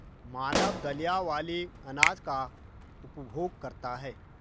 मानव दलिया वाले अनाज का उपभोग करता है